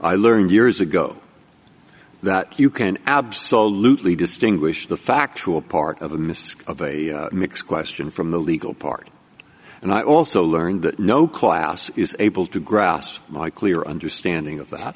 i learned years ago that you can absolutely distinguish the factual part of a misc of a mix question from the legal part and i also learned that no class is able to grasp my clear understanding of th